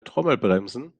trommelbremsen